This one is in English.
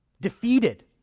Defeated